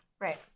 Right